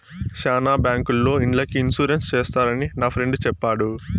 శ్యానా బ్యాంకుల్లో ఇండ్లకి ఇన్సూరెన్స్ చేస్తారని నా ఫ్రెండు చెప్పాడు